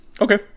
Okay